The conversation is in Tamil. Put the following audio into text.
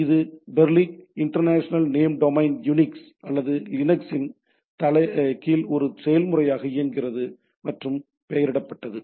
இது Berkeley internal name domain Unix அல்லது லினக்ஸின் கீழ் ஒரு செயல்முறையாக இயங்குகிறது மற்றும் பெயரிடப்பட்டது